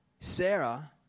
Sarah